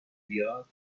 بیاد